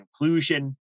inclusion